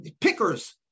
pickers